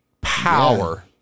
power